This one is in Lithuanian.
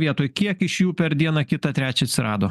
vietoj kiek iš jų per dieną kitą trečią atsirado